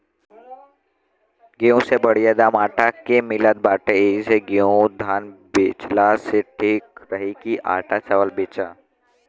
गेंहू से बढ़िया दाम आटा के मिलत बाटे एही से गेंहू धान बेचला से ठीक रही की आटा चावल बेचा